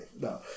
No